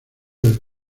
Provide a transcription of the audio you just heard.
del